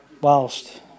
whilst